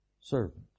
servant